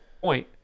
point